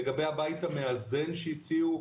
לגבי הבית המאזן שהציעו,